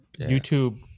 YouTube